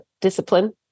discipline